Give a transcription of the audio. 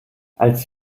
als